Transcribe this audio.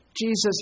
Jesus